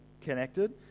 connected